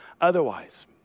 otherwise